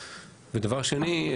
ודבר שני,